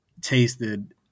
tasted